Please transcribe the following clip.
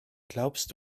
glaubst